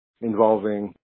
involving